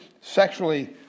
sexually